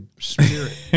Spirit